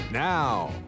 Now